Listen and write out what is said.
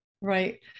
Right